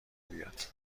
بیاد